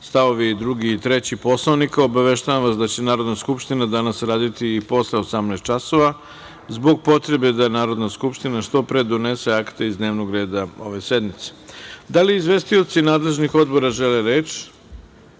stavovi 2. i 3. Poslovnika, obaveštavam vas da će Narodna skupština danas raditi i posle 18.00 časova, zbog potrebe da Narodna skupština što pre donese akte iz dnevnog reda ove sednice. Da li izvestioci nadležnih odbora žele reč? Reč